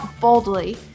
boldly